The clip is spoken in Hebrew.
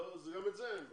וגם את זה אין לו.